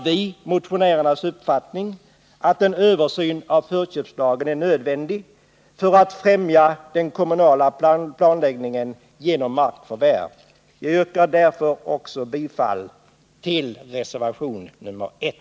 Vi delar därför motionärernas uppfattning att en översyn av förköpslagen är nödvändig för att främja den kommunala planläggningen genom markförvärv. Jag yrkar därför bifall också till reservationen 1.